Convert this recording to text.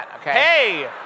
Hey